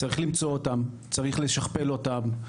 צריך למצוא אותם, צריך לשכפל אותם.